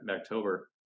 October